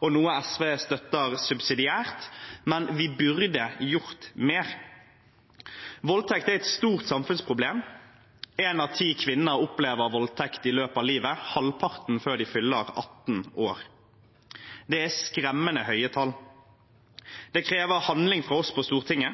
og noe SV støtter subsidiært, men vi burde gjort mer. Voldtekt er et stort samfunnsproblem. Én av ti kvinner opplever voldtekt i løpet av livet, halvparten før de fyller 18 år. Det er skremmende høye tall. Det krever handling fra oss på Stortinget.